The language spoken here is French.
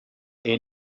est